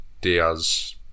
Diaz